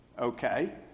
Okay